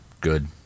good